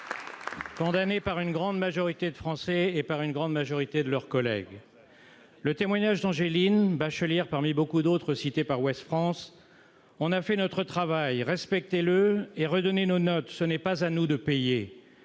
condamnés par une grande majorité de Français et par une grande majorité de leurs collègues. Angéline, bachelière parmi beaucoup d'autres cités par, déclarait :« On a fait notre travail. Respectez-le et redonnez nos notes, ce n'est pas à nous de payer.